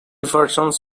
versions